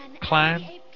Clan